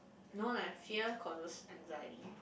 no like fear causes anxiety